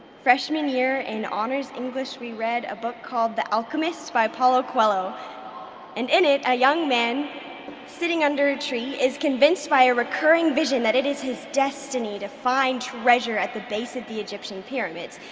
freshman year in honors english we read a book called the alchemist by paulo coelho and in it a young man sitting under a tree is convinced by a recurring vision that it is his destiny to find treasure at the base of the egyptian pyramids,